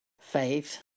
faith